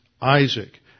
Isaac